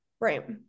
Right